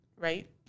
Right